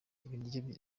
ibiryo